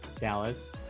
Dallas